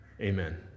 amen